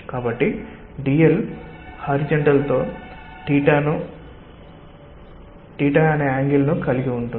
కాబట్టి dl horizontal తో ను కలిగి ఉంటుంది